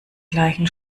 gleichen